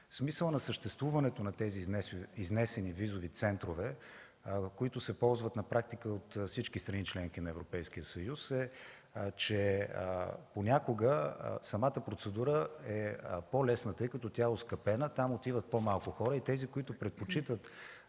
Смисълът на съществуването на тези изнесени визови центрове, които се ползват на практика от всички страни – членки на Европейския съюз, е, че понякога самата процедура е по-лесна. Тъй като тя е оскъпена, там отиват по-малко хора и тези, които предпочитат